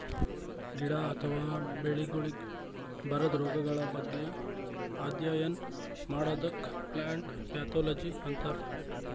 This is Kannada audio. ಗಿಡ ಅಥವಾ ಬೆಳಿಗೊಳಿಗ್ ಬರದ್ ರೊಗಗಳ್ ಬಗ್ಗೆ ಅಧ್ಯಯನ್ ಮಾಡದಕ್ಕ್ ಪ್ಲಾಂಟ್ ಪ್ಯಾಥೊಲಜಿ ಅಂತರ್